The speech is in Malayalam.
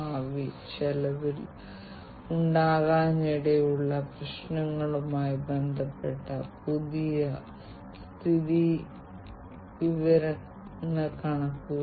അതിനാൽ ചെറുകിട ഓട്ടോമേഷൻ വിതരണ സ്ഥാപനങ്ങൾക്ക് അടിസ്ഥാനപരമായി ഈ വലിയ നടപടിയെ പ്രോത്സാഹിപ്പിക്കാനുള്ള കഴിവില്ല